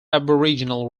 aboriginal